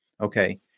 Okay